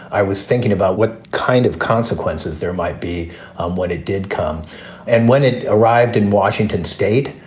i was thinking about what kind of consequences there might be um when it did come and when it arrived in washington state.